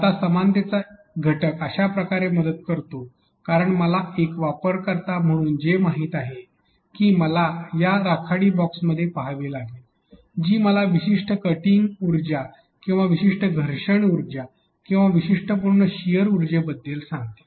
आता समानतेचा घटक अशा प्रकारे मदत करतो कारण मला एक वापरकर्ता म्हणून हे माहित आहे की मला त्या राखाडी बॉक्समध्ये पहावे लागेल जी मला विशिष्ट कटिंग उर्जा किंवा विशिष्ट घर्षण उर्जा किंवा वैशिष्ट्यपूर्ण शिअर ऊर्जेबद्दल सांगतील